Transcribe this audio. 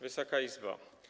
Wysoka Izbo!